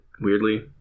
weirdly